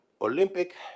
Olympic